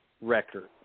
Record